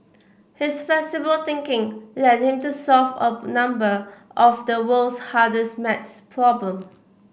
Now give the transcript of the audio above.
his flexible thinking led him to solve a number of the world's hardest math problem